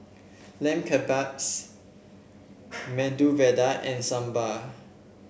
Lamb Kebabs Medu Vada and Sambar